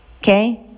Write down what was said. Okay